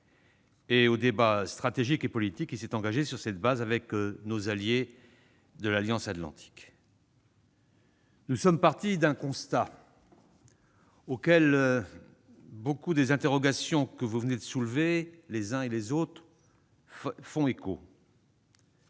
et au débat stratégique et politique qui s'est engagé sur cette base avec nos alliés de l'Alliance atlantique. Nous sommes partis d'un constat, auquel nombre des interrogations que vous venez de soulever, les uns et les autres, font écho